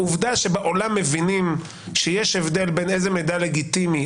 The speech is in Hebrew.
העובדה שבעולם מבינים שיש הבדל בין איזה מידע לגיטימי,